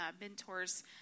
mentors